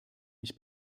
mich